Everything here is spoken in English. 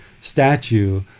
statue